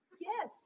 Yes